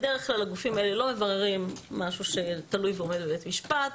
בדרך כלל הגופים האלה לא מבררים משהו שתלוי ועומד בבית משפט,